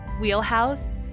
wheelhouse